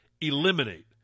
Eliminate